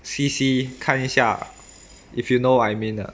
see see 看一下 if you know what I mean lah